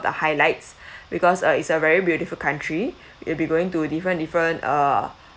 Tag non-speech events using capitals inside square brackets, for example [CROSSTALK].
the highlights [BREATH] because uh it's a very beautiful country [BREATH] you'll be going to different different uh